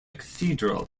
cathedral